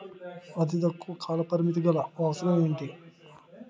అతి తక్కువ కాల పరిమితి గల అవసరం ఏంటి